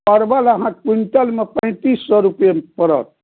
quintal मे पैतीस सए रुपआ पड़त